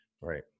right